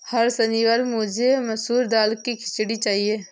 हर शनिवार मुझे मसूर दाल की खिचड़ी चाहिए